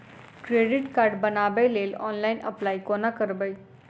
Credit card बनाबै लेल online apply कोना करबै?